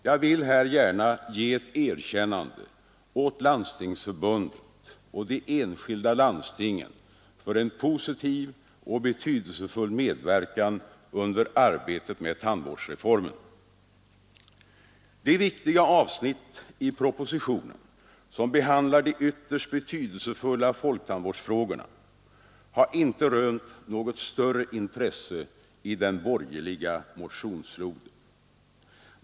Jag vill här gärna ge ett erkännande åt Landstingsförbundet och de enskilda landstingen för en positiv och betydelsefull medverkan under arbetet med tandvårdsreformen. De viktiga avsnitt i propositionen som behandlar de ytterst betydelsefulla folktandvårdsfrågorna har inte rönt något större intresse i den borgerliga motionsfloden.